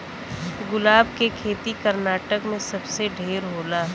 गुलाब के खेती कर्नाटक में सबसे ढेर होला